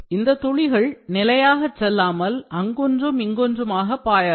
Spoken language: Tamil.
இந்த துளிகள் நிலையாக செல்லாமல் அங்கொன்றும் இங்கொன்றுமாக பாயலாம்